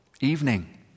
evening